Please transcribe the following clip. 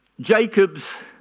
Jacob's